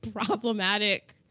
problematic